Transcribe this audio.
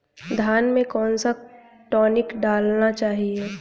धान में कौन सा टॉनिक डालना चाहिए?